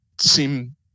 seem